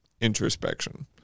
introspection